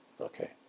Okay